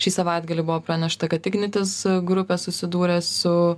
šį savaitgalį buvo pranešta kad ignitis grupė susidūrė su